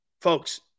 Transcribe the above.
folks